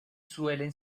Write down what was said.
suelen